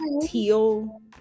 teal